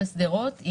בשדרות,